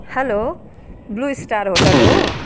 hello Blue Star hotel हो